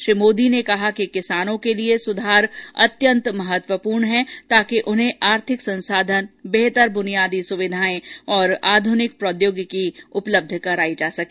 श्री मोदी ने कहा कि किसानों के लिए सुधार अत्यंत महत्वपूर्ण है ताकि उन्हें आर्थिक संसाधन बेहतर बुनियादी सुविधाएं और आधुनिक प्रौद्योगिकी उपलब्ध कराई जा सके